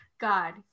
God